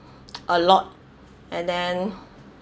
a lot and then